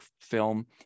film